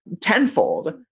tenfold